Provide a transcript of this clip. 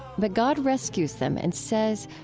but god rescues them and says,